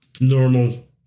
Normal